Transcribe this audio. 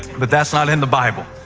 but that's not in the bible.